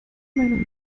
meinung